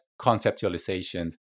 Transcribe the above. conceptualizations